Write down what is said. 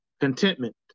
contentment